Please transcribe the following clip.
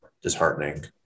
disheartening